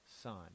son